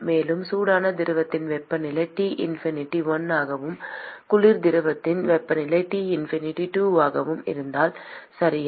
மேலும் சூடான திரவத்தின் வெப்பநிலை T infinity 1 ஆகவும் குளிர் திரவத்தின் வெப்பநிலை T infinity 2 ஆகவும் இருந்தால் சரியா